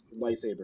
lightsaber